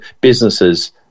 businesses